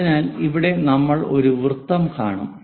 അതിനാൽ ഇവിടെ നമ്മൾ ഒരു വൃത്തം കാണും